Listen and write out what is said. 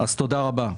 תודה רבה.